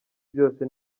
byose